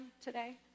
today